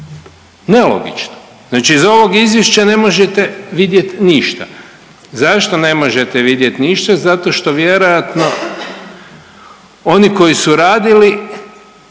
Nelogično, znači iz ovog izvješća ne možete vidjet ništa. Zašto ne možete vidjet ništa? Zato što vjerojatno oni koji su radili